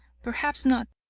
perhaps not,